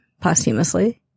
posthumously